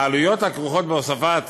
העלויות הכרוכות בהוספת